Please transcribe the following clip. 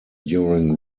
during